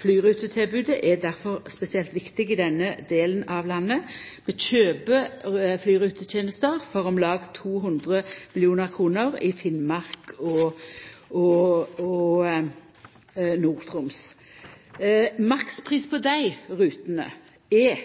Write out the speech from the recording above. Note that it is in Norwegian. flyrutetilbodet er difor spesielt viktig i denne delen av landet. Vi kjøper flyrutetenester for om lag 200 mill. kr i Finnmark og Nord-Troms. Makspris på dei rutene er